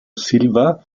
silva